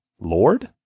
Lord